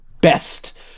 best